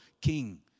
king